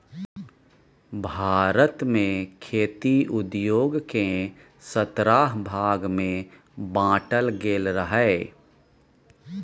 भारत मे खेती उद्योग केँ सतरह भाग मे बाँटल गेल रहय